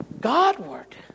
Godward